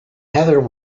heather